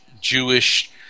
jewish